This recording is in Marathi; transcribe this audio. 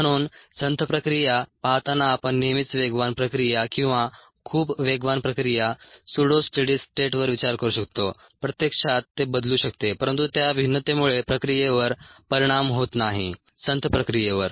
म्हणून संथ प्रक्रिया पाहताना आपण नेहमीच वेगवान प्रक्रिया किंवा खूप वेगवान प्रक्रिया सुडो स्टेडी स्टेटवर विचार करू शकतो प्रत्यक्षात ते बदलू शकते परंतु त्या भिन्नतेमुळे प्रक्रियेवर परिणाम होत नाही संथ प्रक्रियेवर